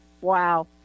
Wow